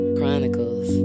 Chronicles